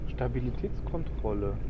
Stabilitätskontrolle